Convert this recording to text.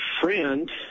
friend